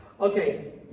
Okay